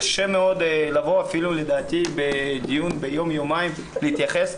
קשה לבוא לדעתי בדיון של יום-יומיים להתייחס,